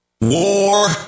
WAR